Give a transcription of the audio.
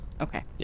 Okay